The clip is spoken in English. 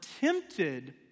tempted